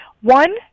One